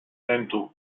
linteau